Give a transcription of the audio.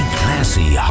classy